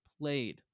played